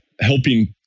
helping